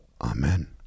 Amen